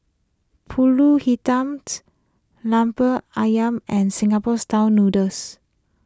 Pulut Hitam's Lemper Ayam and Singapore Style Noodles